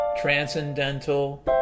Transcendental